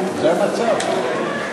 זה המצב.